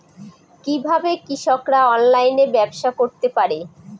কিভাবে কৃষকরা অনলাইনে ব্যবসা করতে পারে?